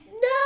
No